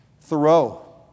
Thoreau